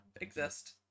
exist